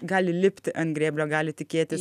gali lipti ant grėblio gali tikėtis